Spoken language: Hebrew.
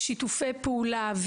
שיתופי פעולה,